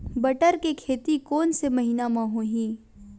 बटर के खेती कोन से महिना म होही?